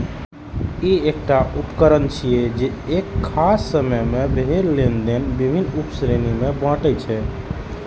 ई एकटा उकरण छियै, जे एक खास समय मे भेल लेनेदेन विभिन्न उप श्रेणी मे बांटै छै